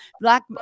Black